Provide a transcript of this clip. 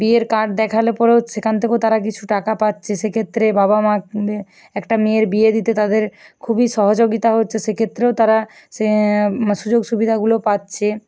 বিয়ের কার্ড দেখালে পরেও সেখান থেকেও তারা কিছু টাকা পাচ্ছে সেক্ষেত্রে বাবা মা একটা মেয়ের বিয়ে দিতে তাদের খুবই সহযোগিতা হচ্ছে সেক্ষেত্রেও তারা সে সুযোগ সুবিধাগুলো পাচ্ছে